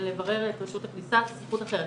לברר את רשות הכניסה זו זכות אחרת.